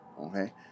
okay